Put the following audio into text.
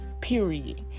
Period